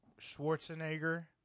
Schwarzenegger